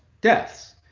deaths